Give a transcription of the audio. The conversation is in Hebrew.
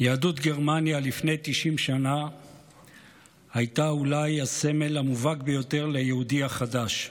יהדות גרמניה לפני תשעים שנה הייתה אולי הסמל המובהק ביותר ליהודי החדש,